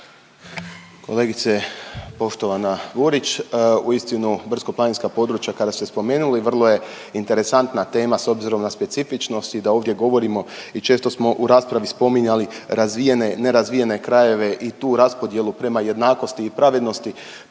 Kolegice poštovana Burić, uistinu, brdsko-planinska područja kada ste spomenuli, vrlo je interesantna tema s obzirom na specifičnost i da ovdje govorimo i često smo u raspravi spominjali razvijene, nerazvijene krajeve i tu raspodjelu prema jednakosti i pravednosti